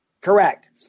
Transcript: Correct